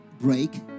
break